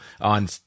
on